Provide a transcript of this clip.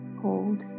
hold